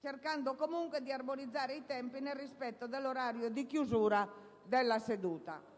cercando comunque di armonizzare i tempi nel rispetto dell'orario previsto per la chiusura della seduta.